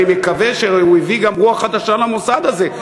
אני מקווה שהוא הביא גם רוח חדשה למוסד הזה.